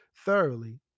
thoroughly